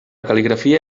cal·ligrafia